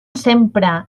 sempre